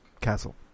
castle